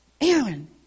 Aaron